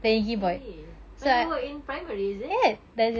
I see but you were in primary is it